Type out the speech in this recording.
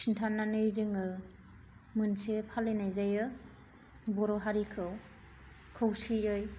खिन्थानानै जोङो मोनसे फालिनाय जायो बर' हारिखौ खौसेयै